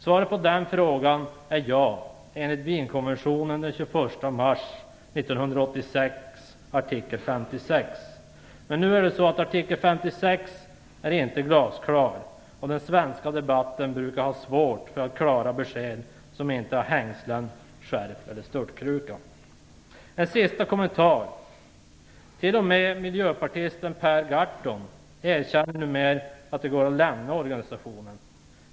Svaret på den frågan är ja enligt Wienkonventionen den 21 mars 1986 artikel 56. Men artikel 56 är inte glasklar, och den svenska debatten brukar ha svårt att ge klara besked som inte har hängslen, skärp och störtkruka. Gahrton erkänner numera att det går att lämna organisationen.